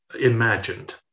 imagined